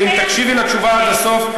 ואם תקשיבי לתשובה עד הסוף,